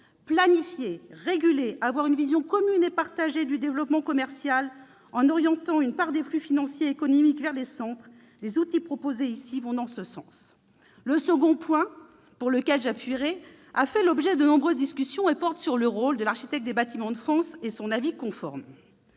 Planifier, réguler, avoir une vision commune et partagée du développement commercial en orientant une part des flux financiers et économiques vers les centres : les outils proposés ici vont dans ce sens. Le second point sur lequel j'appuierai, qui a fait l'objet de nombreuses discussions, porte sur le rôle de l'architecte des Bâtiments de France et son avis conforme.